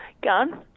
Gun